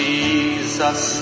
Jesus